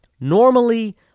normally